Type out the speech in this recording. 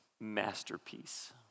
masterpiece